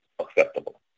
acceptable